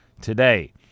today